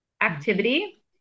activity